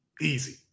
Easy